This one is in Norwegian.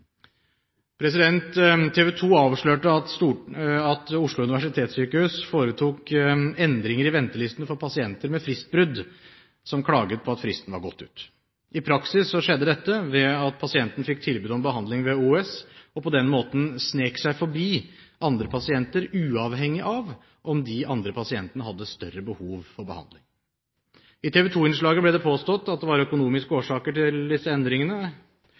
avslørte at Oslo universitetssykehus foretok endringer i ventelistene for pasienter med fristbrudd som klaget på at fristen var gått ut. I praksis skjedde dette ved at pasienten fikk tilbud om behandling ved OUS og på den måten snek seg forbi andre pasienter, uavhengig av om de andre pasientene hadde større behov for behandling. I TV 2-innslaget ble det påstått at det var økonomiske årsaker til disse endringene,